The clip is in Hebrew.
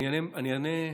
אני אענה,